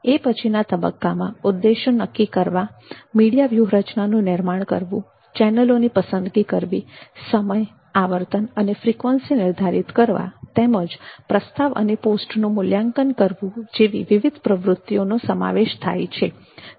એ પછીના તબક્કામાં ઉદ્દેશો નક્કી કરવા મીડિયા વ્યૂહરચનાનું નિર્માણ કરવું ચેનલોની પસંદગી કરવી સમય આવર્તન અને ફ્રિકવન્સી નિર્ધારિત કરવા તેમજ પ્રસ્તાવ અને પોસ્ટનુ મૂલ્યાંકન કરવું જેવી વિવિધ પ્રવૃત્તિઓનો સમાવેશ થાય છે